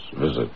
visit